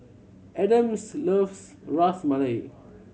Adams loves Ras Malai